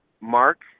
Mark